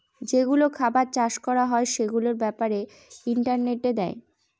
যেগুলো খাবার চাষ করা হয় সেগুলোর ব্যাপারে ইন্টারনেটে দেয়